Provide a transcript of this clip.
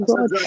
God